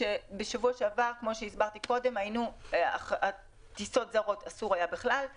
בשבוע שעבר היה אסור בכלל טיסות זרות,